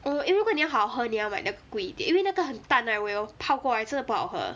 oh 因为如果你要好喝你要买那个贵一点因为那个很淡 right 我有泡过真的不好喝